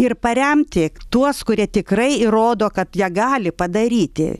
ir paremti tuos kurie tikrai įrodo kad jie gali padaryti